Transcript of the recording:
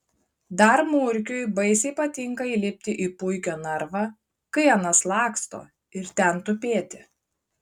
dar murkiui baisiai patinka įlipti į puikio narvą kai anas laksto ir ten tupėti